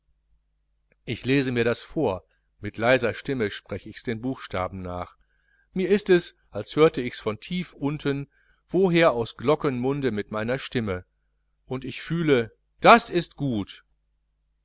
ich lese mir das vor mit leiser stimme sprech ichs den buchstaben nach mir ist es als hörte ichs von tief unten wo her aus glockenmunde mit meiner stimme und ich fühle das ist gut